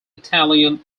italian